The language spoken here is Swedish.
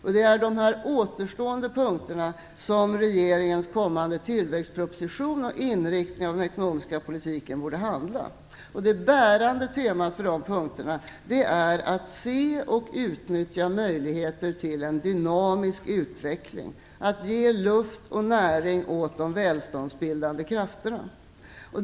Det är de återstående punkterna som regeringens kommande tillväxtproposition och inriktningen av den ekonomiska politiken borde handla. Det bärande temat för de punkterna är att se och utnyttja möjligheter till en dynamisk utveckling, att ge luft och näring åt de välståndsbildande krafterna.